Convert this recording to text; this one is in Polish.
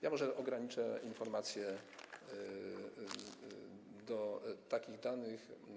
Ja może ograniczę informację do tych danych.